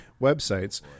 websites